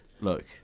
Look